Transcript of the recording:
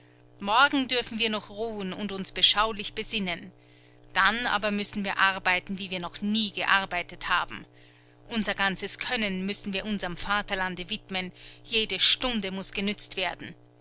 morgen dürfen wir noch ruhen und uns beschaulich besinnen dann aber müssen wir arbeiten wie wir noch nie gearbeitet haben unser ganzes können müssen wir unserem vaterlande widmen jede stunde muß genützt werden